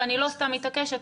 ואני לא סתם מתעקשת,